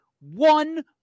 one